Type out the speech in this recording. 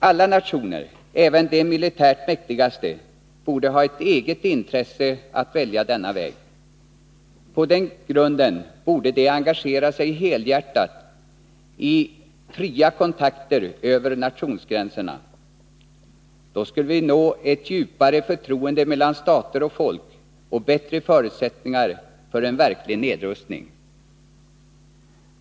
Alla nationer — även de militärt mäktigaste — borde ha ett eget intresse av att välja denna väg. På den grunden borde de engagera sig helhjärtat i fria kontakter över nationsgränserna. Då skulle vi nå ett djupare förtroende mellan stater och folk och bättre förutsättningar för en verklig nedrustning.